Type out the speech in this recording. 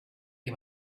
ihm